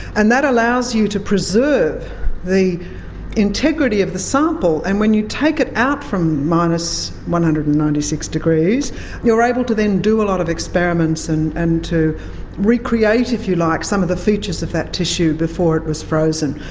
and that allows you to preserve the integrity of the sample. and when you take it out from one hundred and ninety six degrees you are able to then do a lot of experiments and and to recreate, if you like, some of the features of that tissue before it was frozen.